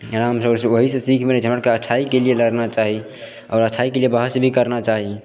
ध्यानसँ ओहिसँ सीख मिलय छै हमरा आरके अच्छाइके लिये लड़ना चाही आओर अच्छाइके लिये बहस भी करना चाही